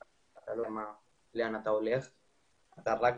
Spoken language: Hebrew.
אתה לא יודע לאן אתה הולך אלא אתה רק